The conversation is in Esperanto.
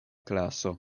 klaso